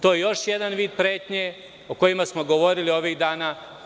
To je još jedan vid pretnje o kojima smo govorili ovih dana.